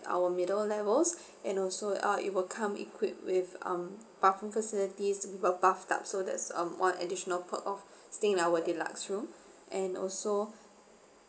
our middle levels and also uh it will come equipped with um bathroom facilities with a bathtub so that's um one additional perk of staying in our deluxe room and also